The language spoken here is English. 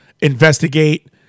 investigate